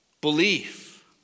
belief